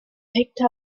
picked